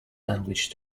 language